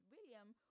William